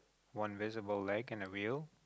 one miserable leg and a wheel